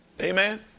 Amen